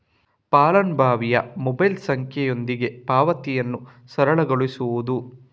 ಫಲಾನುಭವಿಯ ಮೊಬೈಲ್ ಸಂಖ್ಯೆಯೊಂದಿಗೆ ಪಾವತಿಯನ್ನು ಸರಳಗೊಳಿಸುವುದು